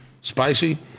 spicy